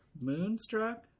Moonstruck